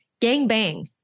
gangbang